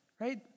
Right